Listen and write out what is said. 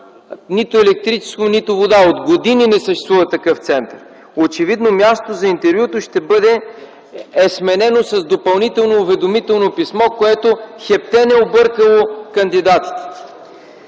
нито електричество, нито вода. От години не съществува такъв център. Очевидно мястото за интервюто ще бъде сменено с допълнително уведомително писмо, което хептен е объркало кандидатите.